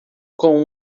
com